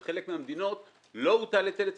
ובחלק מהמדינות לא הוטל היטל היצף,